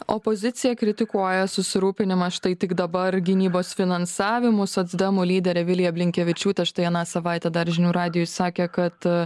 opozicija kritikuoja susirūpinimą štai tik dabar gynybos finansavimu socdemų lyderė vilija blinkevičiūtė štai aną savaitę dar žinių radijui sakė kad